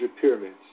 pyramids